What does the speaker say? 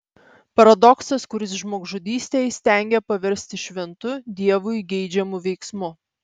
paradoksas kuris žmogžudystę įstengia paversti šventu dievui geidžiamu veiksmu